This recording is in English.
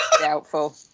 Doubtful